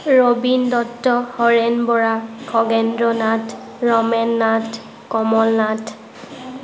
Rabin Dutta Haren Bora Khagendra Nath Ramen Nath Kamal Nath